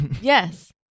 Yes